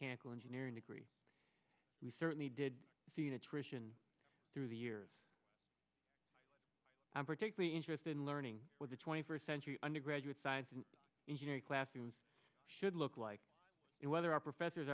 candle engineering degree we certainly did see an attrition through the years i'm particularly interested in learning what the twenty first century undergraduate science and engineering classrooms should look like and whether our professors